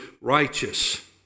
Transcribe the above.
righteous